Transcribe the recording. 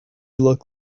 look